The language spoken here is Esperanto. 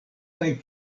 kaj